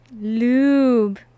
Lube